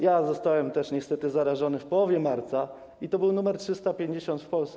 Ja zostałem też niestety zarażony w połowie marca i to był nr 350 w Polsce.